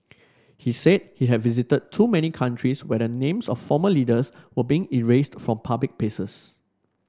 he said he had visited too many countries where the names of former leaders were being erased from public places